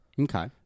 Okay